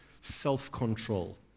self-control